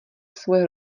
svoje